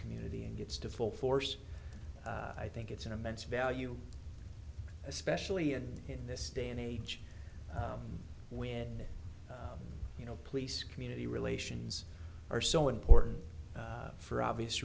community and gets to full force i think it's an immense value especially in this day and age when you know police community relations are so important for obvious